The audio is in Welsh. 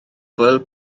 foel